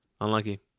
Unlucky